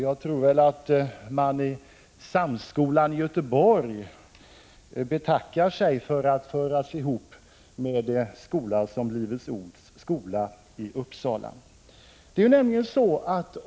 Jag tror att man i Samskolan i Göteborg betackar sig för att sammanföras med en skola som Livets ords skola i Uppsala.